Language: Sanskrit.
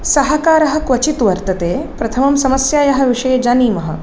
सहकारः क्वचित् वर्तते प्रथमं समस्यायाः विषये जानीमः